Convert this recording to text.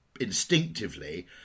instinctively